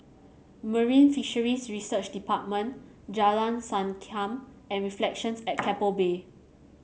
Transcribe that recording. Marine Fisheries Research Department Jalan Sankam and Reflections at Keppel Bay